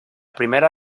primera